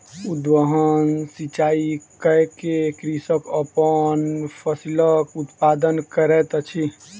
उद्वहन सिचाई कय के कृषक अपन फसिलक उत्पादन करैत अछि